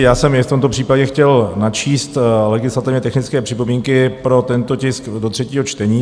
Já jsem i v tomto případě chtěl načíst legislativně technické připomínky pro tento tisk do třetího čtení.